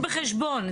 אז תיקחו בחשבון.